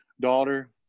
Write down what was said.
daughter